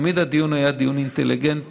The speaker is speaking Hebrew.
תמיד הדיון היה דיון אינטליגנטי,